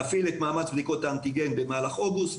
נפעיל את מאמץ בדיקות האנטיגן במהלך אוגוסט,